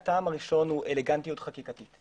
ראשית, אלגנטיות חקיקתית,